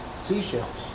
seashells